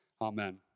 amen